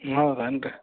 ಹೌದೇನ್ ರೀ